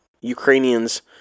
ukrainians